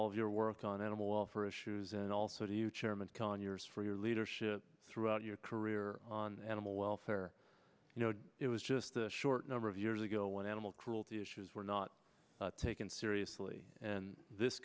all of your work on animal welfare issues and also to you chairman conyers for your leadership throughout your career on animal welfare you know it was just a short number of years ago when animal cruelty issues were not taken seriously and this